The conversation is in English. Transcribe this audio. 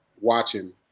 watching